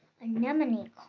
Anemone